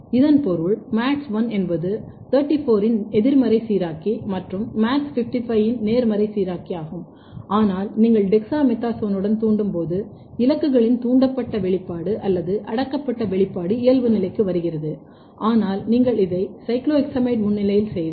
இதன் பொருள் MADS1 என்பது 34 இன் எதிர்மறை சீராக்கி மற்றும் MADS55 இன் நேர்மறை சீராக்கி ஆகும் ஆனால் நீங்கள் டெக்ஸாமெதாசோனுடன் தூண்டும்போது இலக்குகளின் தூண்டப்பட்ட வெளிப்பாடு அல்லது அடக்கப்பட்ட வெளிப்பாடு இயல்பு நிலைக்கு வருகிறது ஆனால் நீங்கள் இதை சைக்ளோஹெக்ஸமைடு முன்னிலையில் செய்தால்